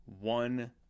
one